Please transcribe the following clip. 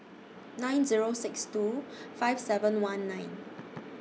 nine Zero six two five seven one nine